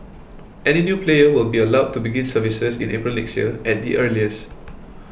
any new player will be allowed to begin services in April next year at the earliest